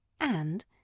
And